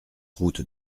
route